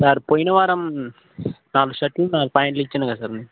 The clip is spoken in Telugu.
సార్ పోయిన వారం నాలుగు షర్టులు నాలుగు పాంటులు ఇచ్చాను కదా సార్